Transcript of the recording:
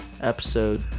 episode